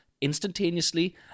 instantaneously